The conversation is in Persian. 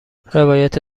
روایت